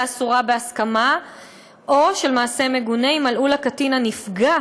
אסורה בהסכמה או של מעשה מגונה אם מלאו לקטין נפגע